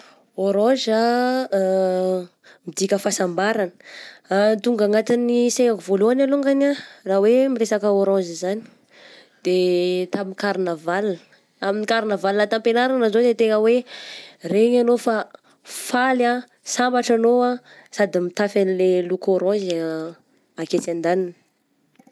Orange ah midika fahasambarana tonga anatin'ny saignako voalohany longany ah raha hoe miresaka orange zany de tamin'ny carnaval, tamin'ny carnaval tampianaragna zao tegna hoe regny enao fa faly, sambatra anao ah sady mitafy anle loko orange aketsy andaniny.